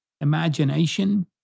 imagination